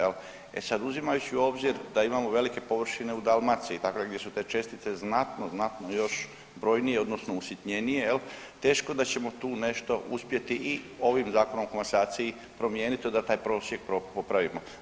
E sad uzimajući u obzir da imamo velike površine u Dalmaciji … gdje su te čestice znatno, znatno još brojnije odnosno usitnjenije, teško da ćemo tu nešto uspjeti i ovim Zakonom o komasaciji promijeniti da taj prosjek popravimo.